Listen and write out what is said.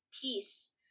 peace